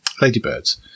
ladybirds